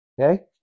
Okay